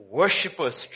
worshippers